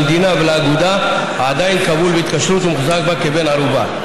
למדינה ולאגודה עדיין כבול בהתקשרות ומוחזק בה כבן ערובה.